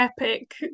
epic